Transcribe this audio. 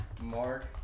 Mark